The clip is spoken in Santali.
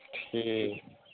ᱴᱷᱤᱠ